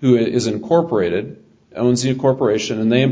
who is incorporated owns you corporation a